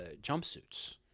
jumpsuits